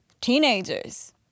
teenagers